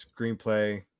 screenplay